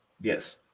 yes